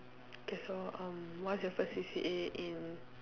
okay so um what's your first C_C_A in